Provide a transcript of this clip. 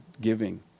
giving